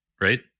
right